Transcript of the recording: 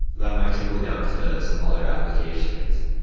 that might trickle down to some other applications.